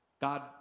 God